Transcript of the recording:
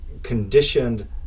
conditioned